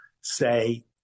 say